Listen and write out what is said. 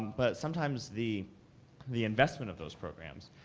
but sometimes the the investment of those programs,